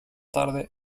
tarde